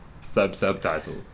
sub-subtitle